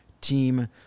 team